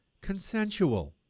Consensual